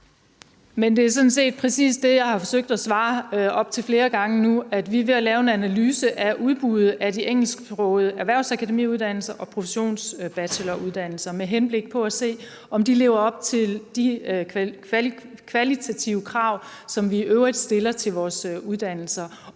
Men det er sådan set præcis det, jeg har forsøgt at svare op til flere gange nu, nemlig at vi er ved at lave en analyse af udbuddet af de engelsksprogede erhvervsakademiuddannelser og professionsbacheloruddannelser med henblik på at se, om de lever op til de kvalitative krav, som vi i øvrigt stiller til vores uddannelser,